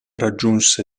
raggiunse